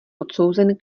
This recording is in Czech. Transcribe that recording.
odsouzen